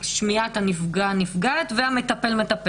שמיעת הנפגעת, והמטפל מטפל.